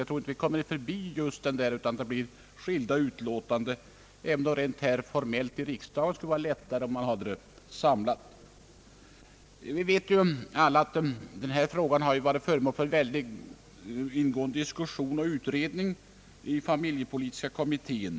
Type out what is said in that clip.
Jag tror inte att vi kommer förbi att det måste bli skilda utlåtanden, även om det rent formellt i riksdagen skulle vara lättare att ha ärendet samlat i ett utlåtande. Vi vet alla att denna fråga har varit föremål för mycket ingående diskussion och utredning i familjepolitiska kommittén.